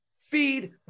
feed